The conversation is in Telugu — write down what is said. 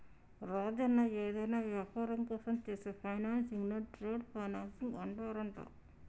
రాజన్న ఏదైనా వ్యాపారం కోసం చేసే ఫైనాన్సింగ్ ను ట్రేడ్ ఫైనాన్సింగ్ అంటారంట